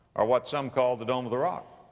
or what some call the dome of the rock.